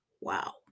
wow